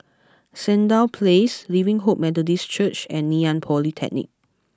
Sandown Place Living Hope Methodist Church and Ngee Ann Polytechnic